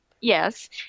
Yes